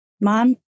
mom